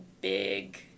big